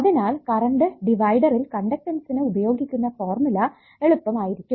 അതിനാൽ കറണ്ട് ഡിവൈഡറിൽ കണ്ടക്ടൻസിനു ഉപയോഗിക്കുന്ന ഫോർമുല എളുപ്പം ആയിരിക്കും